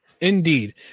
Indeed